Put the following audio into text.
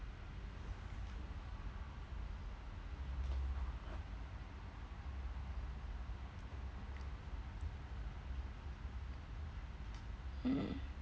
mm